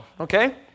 okay